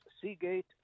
Seagate